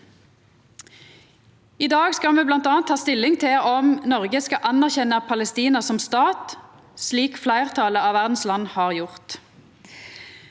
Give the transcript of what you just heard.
I dag skal me bl.a. ta stilling til om Noreg skal anerkjenna Palestina som stat, slik fleirtalet av verdas land har gjort.